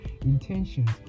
intentions